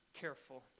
careful